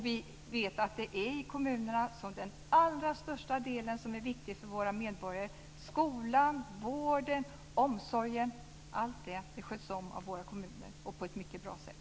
Vi vet att det är kommunerna som sköter om den allra största delen som är viktig för våra medborgare - skolan, vården och omsorgen - och på ett mycket bra sätt.